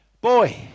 Boy